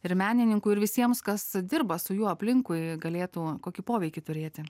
ir menininkų ir visiems kas dirba su juo aplinkui galėtų kokį poveikį turėti